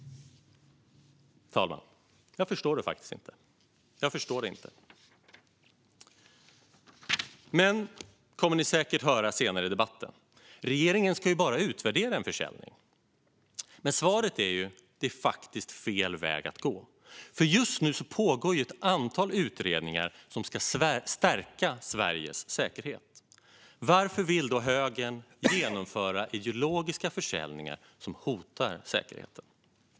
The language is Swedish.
Jag förstår det faktiskt inte, herr talman. Men, kommer ni säkert att höra senare i debatten, regeringen ska ju bara utvärdera en försäljning. Svaret på det är att det faktiskt är fel väg att gå. Just nu pågår ett antal utredningar som ska stärka Sveriges säkerhet. Varför vill då högern genomföra ideologiska försäljningar som hotar säkerheten?